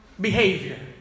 behavior